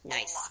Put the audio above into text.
Nice